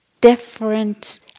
different